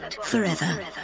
forever